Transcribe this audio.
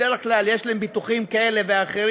בדרך כלל יש להם ביטוחים כאלה ואחרים